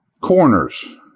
Corners